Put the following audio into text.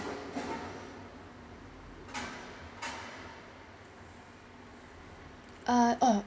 err oh